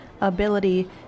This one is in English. ability